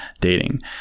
dating